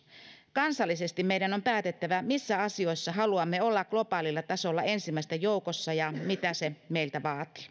kansallisesti meidän on päätettävä missä asioissa haluamme olla globaalilla tasolla ensimmäisten joukossa ja mitä se meiltä vaatii